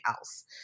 else